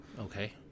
Okay